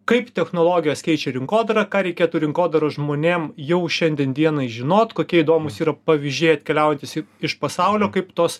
kaip technologijos keičia rinkodarą ką reikėtų rinkodaros žmonėm jau šiandien dienai žinot kokie įdomūs yra pavyzdžiai atkeliaujantys į iš pasaulio kaip tos